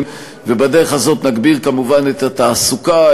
ובדרך הזאת נגביר כמובן את התעסוקה,